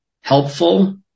helpful